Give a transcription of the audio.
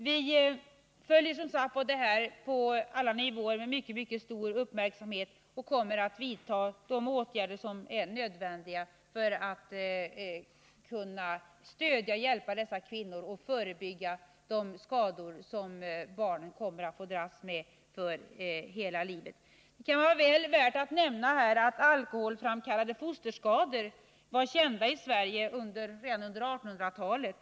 Vi följer som sagt den här frågan på alla nivåer med mycket stor uppmärksamhet och kommer att vidta de åtgärder som är nödvändiga för att stödja och hjälpa dessa kvinnor och förebygga de skador som barnen kan få dras med för hela livet. Det kan vara väl värt att nämna att alkoholframkallade fosterskador var kända i Sverige redan under 1800-talet.